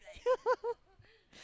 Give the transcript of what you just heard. yeah